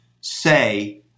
say